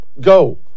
Go